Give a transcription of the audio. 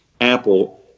Apple